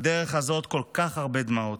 בדרך הזאת כל כך הרבה דמעות.